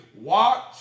watch